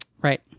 right